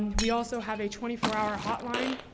we also have a twenty four hour hotline,